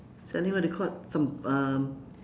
selling what they called some um